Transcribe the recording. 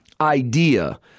idea